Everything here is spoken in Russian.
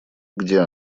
где